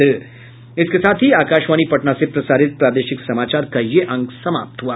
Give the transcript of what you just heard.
इसके साथ ही आकाशवाणी पटना से प्रसारित प्रादेशिक समाचार का ये अंक समाप्त हुआ